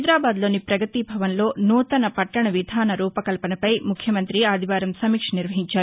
హైదరాబాద్లోని ప్రగతి భవన్లో నూతన పట్టణ విధాన రూపకల్పనపై ముఖ్యమంత్రి ఆదివారం సమీక్ష నిర్వహించారు